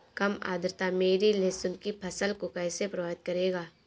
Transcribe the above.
कम आर्द्रता मेरी लहसुन की फसल को कैसे प्रभावित करेगा?